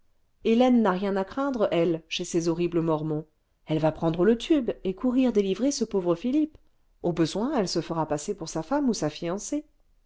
hélène n'a rien à craindre elle chez ces horribles mormons elle va prendre le tube et courir délivrer ce pauvre philippe au besoin elle se fera passer pour sa femme ou sa fiancée